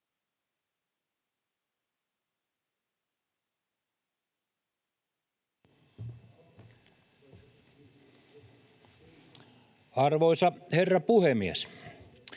Arvoisa herra puhemies!